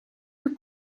più